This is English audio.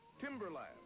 Timberland